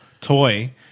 toy